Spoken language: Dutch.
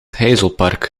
heizelpark